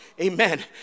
amen